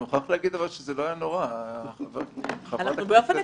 הישיבה ננעלה בשעה 14:00.